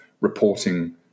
reporting